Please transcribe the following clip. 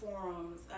forums